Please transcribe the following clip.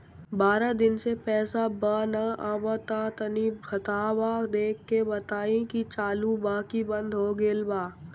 बारा दिन से पैसा बा न आबा ता तनी ख्ताबा देख के बताई की चालु बा की बंद हों गेल बा?